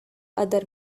other